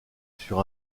sur